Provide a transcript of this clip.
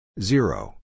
Zero